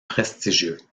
prestigieux